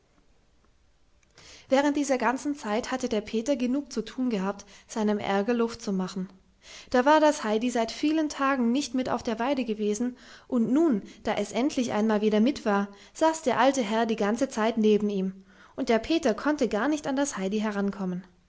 während dieser ganzen zeit hatte der peter genug zu tun gehabt seinem ärger luft zu machen da war das heidi seit vielen tagen nicht mit auf der weide gewesen und nun da es endlich einmal wieder mit war saß der alte herr die ganze zeit neben ihm und der peter konnte gar nicht an das heidi herankommen